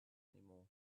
anymore